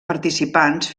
participants